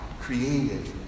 created